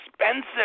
expensive